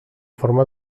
forma